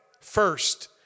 first